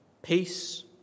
Peace